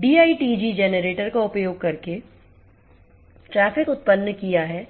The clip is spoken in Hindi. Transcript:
डी आईटीजी जनरेटर का उपयोग करके ट्रैफ़िक उत्पन्न किया है